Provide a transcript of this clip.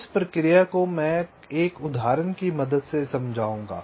इस प्रक्रिया को मैं एक उदाहरण की मदद से समझाऊंगा